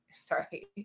sorry